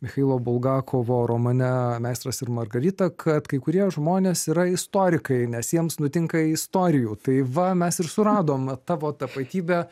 michailo bulgakovo romane meistras ir margarita kad kai kurie žmonės yra istorikai nes jiems nutinka istorijų tai va mes ir suradom tavo tapatybę